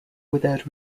without